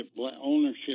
ownership